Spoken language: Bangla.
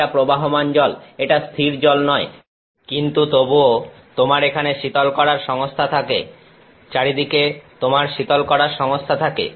এটা প্রবাহমান জল এটা স্থির জল নয় কিন্তু তবুও তোমার এখানে শীতল করার সংস্থা থাকে চারিদিকে তোমার শীতল করার সংস্থা থাকে